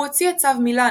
הוא הוציא את צו מילאנו,